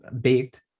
baked